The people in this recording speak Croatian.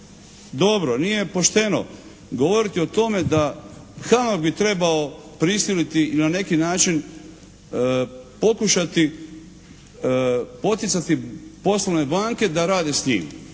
dobro, nije pošteno govoriti o tome da HAMAG bi trebao prisiliti i na neki način pokušati poticati poslovne banke da rade s njim.